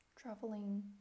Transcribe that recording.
traveling